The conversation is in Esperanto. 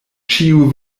ĉiuj